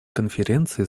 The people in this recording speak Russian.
конференции